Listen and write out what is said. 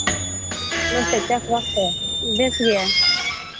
ᱟᱞᱮ ᱥᱮᱫ ᱪᱟᱥᱼᱵᱟᱥ ᱠᱚ ᱵᱮᱥ ᱜᱮᱭᱟ